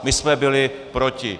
My jsme byli proti.